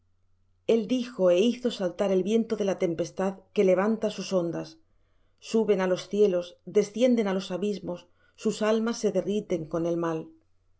el dijo é hizo saltar el viento de la tempestad que levanta sus ondas suben á los cielos descienden á los abismos sus almas se derriten con el mal